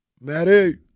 maddie